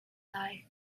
lai